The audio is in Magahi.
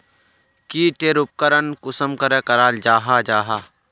की टेर उपकरण कुंसम करे कराल जाहा जाहा?